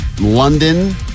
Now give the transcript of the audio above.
London